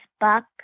buck